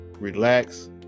relax